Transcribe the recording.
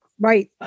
Right